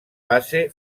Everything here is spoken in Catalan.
base